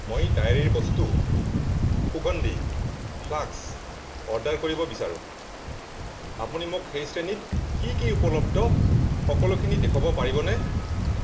মই ডায়েৰীৰ বস্তু সুগন্ধি ফ্লাস্ক অৰ্ডাৰ কৰিব বিচাৰোঁ আপুনি মোক সেই শ্ৰেণীত কি কি উপলব্ধ সকলোখিনি দেখুৱাব পাৰিবনে